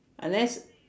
unless